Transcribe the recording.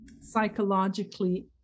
psychologically